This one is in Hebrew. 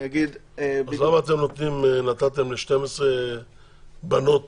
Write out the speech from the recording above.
אז למה אתם נתתם ל-12 בנות